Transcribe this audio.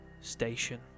station